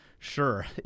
Sure